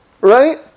Right